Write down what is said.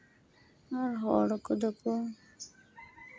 ᱟᱨ ᱦᱚᱲ ᱠᱚᱫᱚ ᱠᱚ